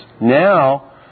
Now